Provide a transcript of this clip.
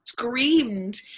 screamed